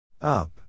Up